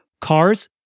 cars